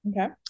Okay